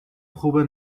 خوبه